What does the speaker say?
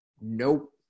nope